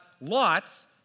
lots